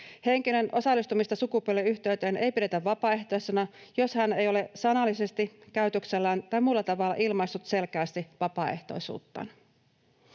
Henkilön osallistumista sukupuoliyhteyteen ei pidetä vapaaehtoisena, jos hän ei ole sanallisesti, käytöksellään tai muulla tavalla ilmaissut selkeästi vapaaehtoisuuttaan.